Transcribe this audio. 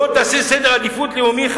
לא תעשה סדר חדש בעדיפות הלאומית,